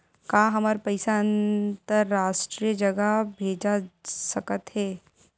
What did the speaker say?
का हमर पईसा अंतरराष्ट्रीय जगह भेजा सकत हे?